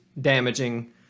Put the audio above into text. damaging